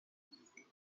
siete